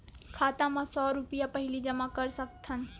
खाता मा सौ रुपिया पहिली जमा कर सकथन?